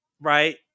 Right